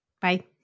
Bye